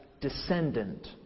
descendant